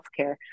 healthcare